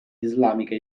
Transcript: islamica